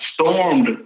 stormed